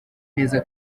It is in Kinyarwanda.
neza